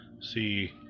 See